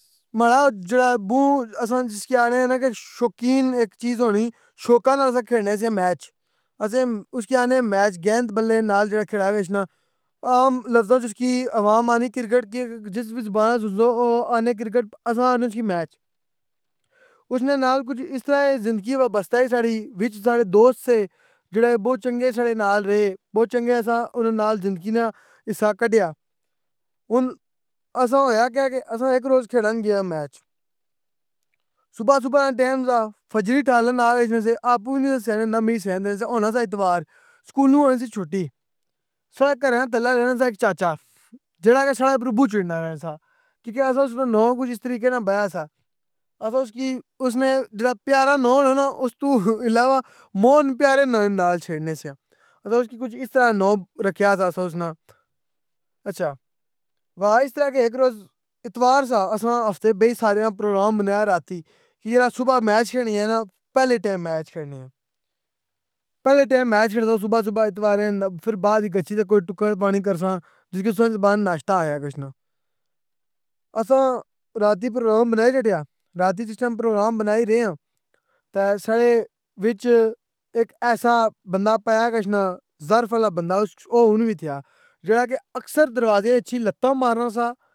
ماڑا جیڑا ابّو اساں جِسکی آکھنے نہ کہ شوقین اک چیز ہونی شوقاں نال اساں کھیڈنے سیاں میچ، اسی اُسکی آخنے میچ گیند بلّے نال جیڑا کھڑا گشنہ، او اُسکی عوام اکھنی کرکٹ کی جِس وی زبان او آخنے کرکٹ اساں آخنے اُسکی میچ، اُسنے نال کُچھ اِس طرح اے زندگی وابستہ اے ساڈی، وِچ ساڈے دوست سے، جیڑے بہت چنگے ساڈے نال رہے بہت چنگا اساں اناں نال زندگی نا حصّہ کڈیا۔ ہن اساں ہویا کے کہ اساں ایک روز کھیڈن گئے آں میچ، صبح صبح نہ ٹیم سہ، فجر وی تھیا لے نال ہوئی جانی سی، ابّو نے ہونا سہ اتوار۔ اسکولوں ہونی سی چٹھی، ساڈے گھرا نے تھلے رہنا سہ اِک چاچا، جیڑا بوں چڑنا ہونا سا، کیونکہ اساں اُس ویلے نو کچھ اِس طریقے نال بیہ سہ، اساں اُسکی اُسنے جیڑا پیارا نو ہونا نہ اُس توں علاوہ مون پیارے نال چھیڑنے سیا، اساں اُسکی کچھ اِس طرح نو رکھیا سہ اُس ناں ۔ اچھا ہوا اِس طرح کہ اِک روز اتوار سہ اساں ہفتے بي ساریاں نال پروگرام بنایا راتی، جیڑا صبح میچ کھیڈنی اے نہ، پہلے ٹیم میچ کھیڈنی اے۔ پہلے ٹیم مییچ جیڑا سا صبح صبح اتوارے فرتہ فر باہر ای گچھي تہ کوئی ٹکّر پانی کرساں، جیسے اُستوں بعد ناشتہ ائی گشنہ۔ اساں راتی پروگرام بنائی لیٹیا، راتی جِس ٹیم پروگرام بنائی رے آں، تہ ساڈے وِچ ایک ایسا بندہ پے گشنہ ظرف الا بندہ او ہن وی تھیا۔ جیڑا کہ اکثر دروازے اچ ای لتاں مارنا سہ